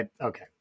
okay